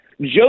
Joe